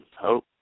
Hope